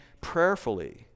prayerfully